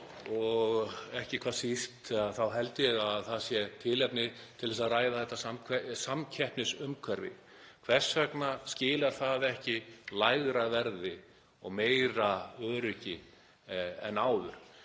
Ekki síst held ég að það sé tilefni til að ræða þetta samkeppnisumhverfi. Hvers vegna skilar það ekki lægra verði og meira öryggi en áður?